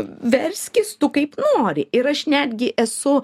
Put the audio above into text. verskis tu kaip nori ir aš netgi esu